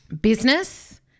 business